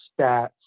stats